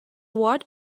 what